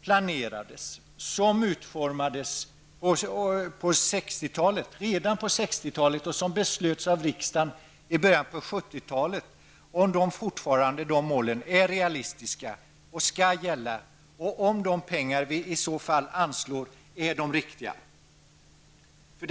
planerades och utformades redan på 1960-talet och som riksdagen fattade beslut om i början av 1970-talet fortfarande är realistiska och fortfarande skall gälla, och om vi i så fall anslår rätt mängd pengar.